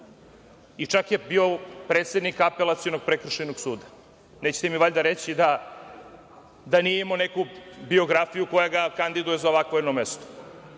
čak je bio predsednik Apelacionog prekršajnog suda. Nećete mi valjda reći da nije imao neku biografiju koja ga kandiduje za ovakvo mesto.